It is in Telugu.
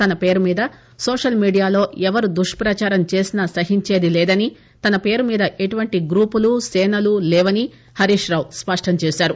తన పేరు మీద సోషల్ మీడియాలో ఎవరు దుష్పచారం చేసినా సహించేది లేదని తన పేరు మీద ఎటువంటి గూపులు సేనలు లేవని హరీష్రావు స్పష్టం చేశారు